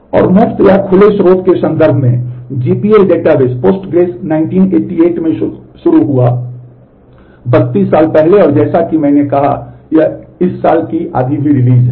और मुफ्त या खुले स्रोत के संदर्भ में जीपीएल 1988 में शुरू हुआ 32 साल पहले और जैसा कि मैंने कहा यह इस साल की आधी भी रिलीज़ है